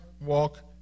walk